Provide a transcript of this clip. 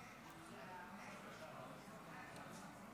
56 בעד,